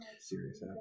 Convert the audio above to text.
serious